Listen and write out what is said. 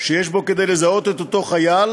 שיש בו כדי לזהות את אותו חייל,